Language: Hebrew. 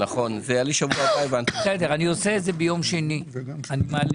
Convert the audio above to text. אבל כשאתה עושה את הבידוק בנתב"ג זו בכלל לא אל על;